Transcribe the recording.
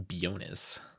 Bonus